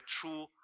true